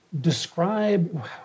Describe